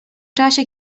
czasie